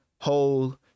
whole